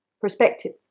perspective